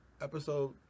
episode